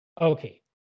okay